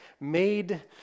made